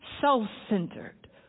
self-centered